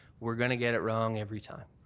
we're going to get it wrong every time.